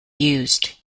used